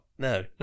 No